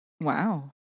Wow